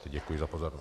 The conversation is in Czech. Děkuji za pozornost.